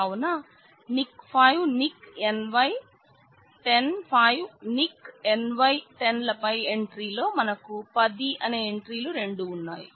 కావున Nick 5 Nick NY 105Nick NY10 పై ఎంట్రిలో మనకు 10 అనే ఎంట్రీలు రెండు ఉన్నాయి